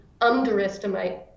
underestimate